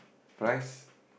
price